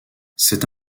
c’est